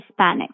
Hispanics